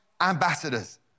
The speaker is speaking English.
ambassadors